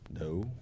No